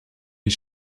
les